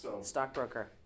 Stockbroker